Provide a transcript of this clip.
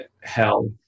hell